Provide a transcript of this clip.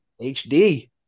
HD